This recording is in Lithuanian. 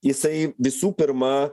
jisai visų pirma